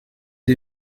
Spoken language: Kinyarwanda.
iri